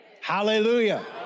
Hallelujah